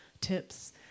tips